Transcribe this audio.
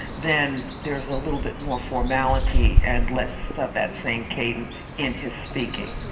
then there's a little bit more formality and less of that same cadence in his speaking.